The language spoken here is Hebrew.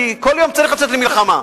כי כל יום צריך לצאת למלחמה.